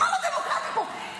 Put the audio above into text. מה לא דמוקרטי פה?